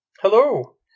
Hello